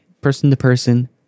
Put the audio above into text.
person-to-person